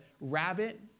rabbit